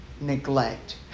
neglect